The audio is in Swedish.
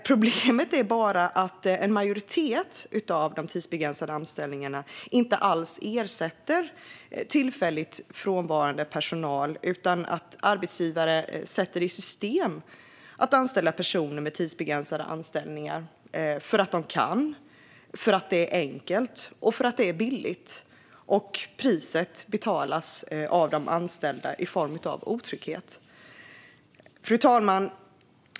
Problemet är att en majoritet av de tidsbegränsade anställningarna inte alls ersätter tillfälligt frånvarande personal, utan arbetsgivare sätter i system att anställa personer med tidsbegränsade anställningar för att de kan, för att det är enkelt och för att det är billigt. Priset betalas av de anställda i form av otrygghet. Fru talman!